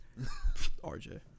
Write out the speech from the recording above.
RJ